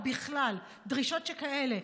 או בכלל דרישות שכאלה,